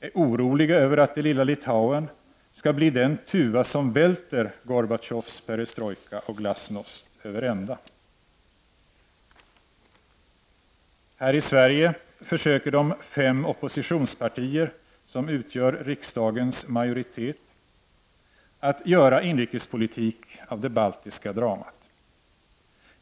är oroliga över att det lilla Litauen skall bli den tuva som välter Gorbatjovs perestrojka och glasnost över ända. Här i Sverige försöker de fem oppositionspartier som utgör riksdagens majoritet att göra inrikespolitik av det baltiska dramat.